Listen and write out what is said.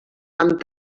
amb